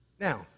Now